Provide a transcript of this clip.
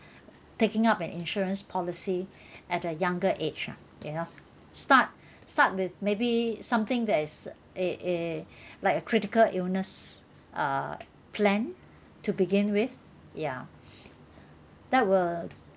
taking up an insurance policy at a younger age ah you know start start with maybe something that is a a like a critical illness uh plan to begin with ya that would